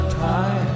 time